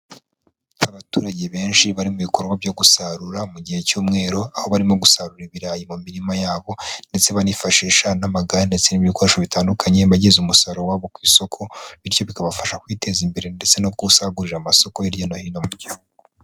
Abaturage benshi bari mu bikorwa byo gusarura mu gihe cy'umwero, aho barimo gusarura ibirayi mu mirima yabo, ndetse banifashisha n'amagare ndetse n'ibikoresho bitandukanye, bageza umusaruro wabo ku isoko, bityo bikabafasha kwiteza imbere ndetse no gusagurira amasoko hirya no hino mu gihugu.